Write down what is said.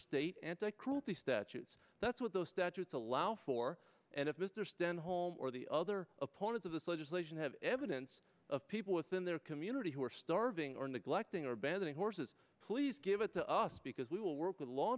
state anti cruelty statutes that's what those statutes allow for and if they're stenholm or the other opponents of this legislation have evidence of people within their community who are starving or neglecting or banning horses please give it to us because we will work with law